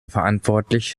verantwortlich